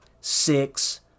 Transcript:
six